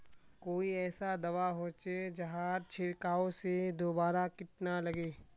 कोई ऐसा दवा होचे जहार छीरकाओ से दोबारा किट ना लगे?